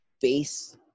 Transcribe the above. base